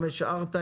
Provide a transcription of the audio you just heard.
מתנצל,